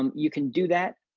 um you can do that.